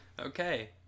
Okay